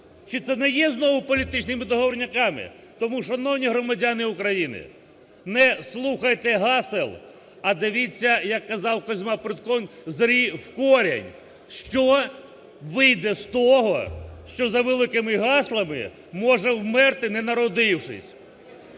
Чи це не є знову політичними договорняками? Тому, шановні громадяни України, не слухайте гасел, а дивіться, як казав Козьма Прутков, зри в корень, що вийде з того, що за великими гаслами може вмерти, не народившись.